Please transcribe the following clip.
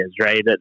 right